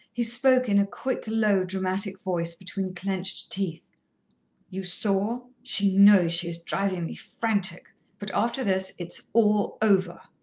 he spoke in a quick, low, dramatic voice between clenched teeth you saw? she knows she is driving me frantic but after this it's all over.